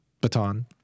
baton